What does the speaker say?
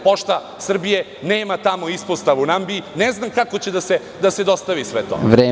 Pošta Srbije nema ispostavu u Nambiji i ne znam kako će da se dostavi sve to.